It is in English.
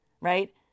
right